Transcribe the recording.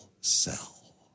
cell